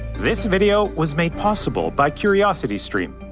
this video was made possible by curiositystream.